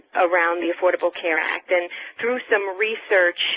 around the affordable care act. and through some research